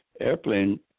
airplane